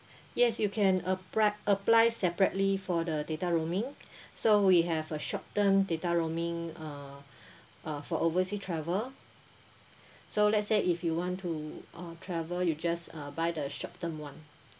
yes you can apply apply separately for the data roaming so we have a short term data roaming uh uh for oversea travel so let's say if you want to uh travel you just uh by the short term [one]